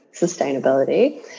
sustainability